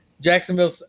Jacksonville